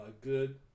good